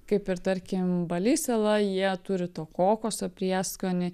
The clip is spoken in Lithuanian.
kaip ir tarkim bali sala jie turi to kokoso prieskonį